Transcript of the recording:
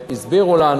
הסבירו לנו